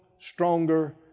Stronger